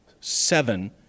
Seven